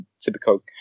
typical